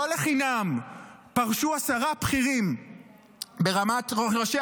לא לחינם פרשו עשרה בכירים ברמת ראשי